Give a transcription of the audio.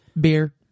Beer